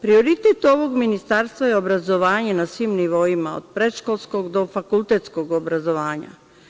Prioritet ovog ministarstva je obrazovanje na svim nivoima, od predškolskog do fakultetskog obrazovanja.